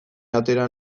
atera